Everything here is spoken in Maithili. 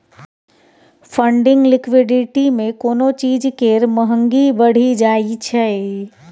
फंडिंग लिक्विडिटी मे कोनो चीज केर महंगी बढ़ि जाइ छै